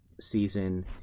season